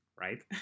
right